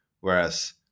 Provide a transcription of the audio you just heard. Whereas